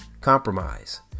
Compromise